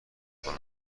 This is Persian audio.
صحبت